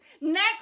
Next